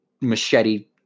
machete